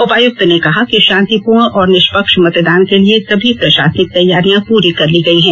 उपायुक्त ने कहा कि शांतिपूर्ण और निष्पक्ष मतदान के लिए सारी प्रशासनिक तैयारियां पूरी कर ली गई हैं